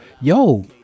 yo